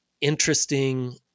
interesting